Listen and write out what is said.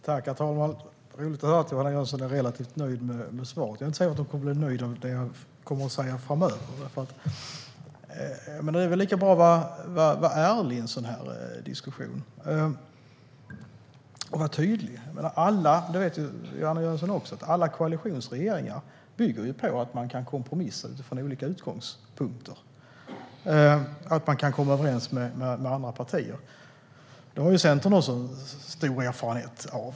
Herr talman! Det är roligt att höra att Johanna Jönsson är relativt nöjd med svaret. Jag är inte säker på att hon kommer att bli nöjd med det jag säger framöver. Det är lika bra att vara ärlig och tydlig i en sådan här diskussion. Alla koalitionsregeringar - det vet du också, Johanna Jönsson - bygger på att man kan kompromissa utifrån olika utgångspunkter och komma överens med andra partier. Det har Centern också stor erfarenhet av.